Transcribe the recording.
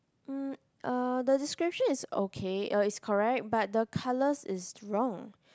mm uh the description is okay uh it's correct but the colours is wrong